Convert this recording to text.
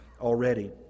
already